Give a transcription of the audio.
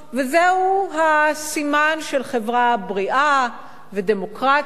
וזהו הסימן של חברה בריאה ודמוקרטית,